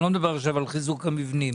אני לא מדבר עכשיו על חיזוק מבנים.